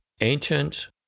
ancient